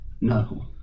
No